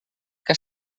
que